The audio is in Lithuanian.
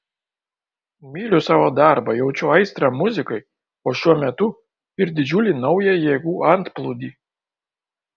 myliu savo darbą jaučiu aistrą muzikai o šiuo metu ir didžiulį naują jėgų antplūdį